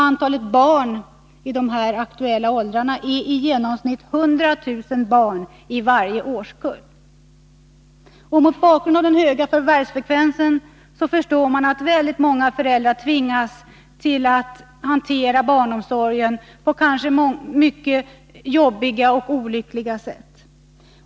Antalet barn i de aktuella åldrarna är i genomsnitt 100 000 i varje årskull. Mot bakgrund av den höga förvärvsfrekvensen förstår man att många föräldrar tvingas hantera barnomsorgen på kanske mycket jobbiga och olyckliga sätt.